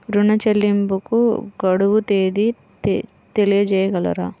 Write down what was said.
ఋణ చెల్లింపుకు గడువు తేదీ తెలియచేయగలరా?